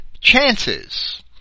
chances